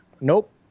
Nope